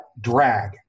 drag